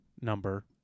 number